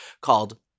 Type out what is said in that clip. called